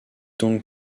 donc